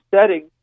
settings